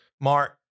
Mark